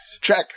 Check